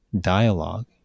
dialogue